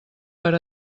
per